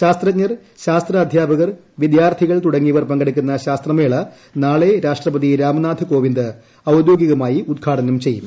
ശാസ്ത്രജ്ഞർ ശാസ്ത്ര അദ്ധ്യാപകർ വിദ്യാർത്ഥികൾ തുടങ്ങിയവർ പങ്കെടുക്കുന്ന ശാസ്ത്രമേള നാളെ രാഷ്ട്രപതി രാംനാഥ് കോവിന്ദ് ഔദ്യോഗികമായി ഉദ്ഘാടനം ചെയ്യും